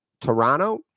Toronto